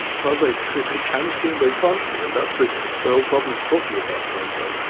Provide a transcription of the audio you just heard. well they can see and they can't see, and that's ah the whole problem of talking about blindsight.